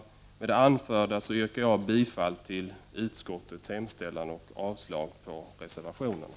Med det anförda yrkar jag bifall till utskottets hemställan och avslag på reservationerna.